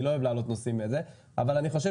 אני לא אוהב להעלות נושאים --- אני חושב